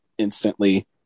instantly